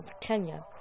Kenya